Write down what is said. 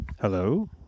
Hello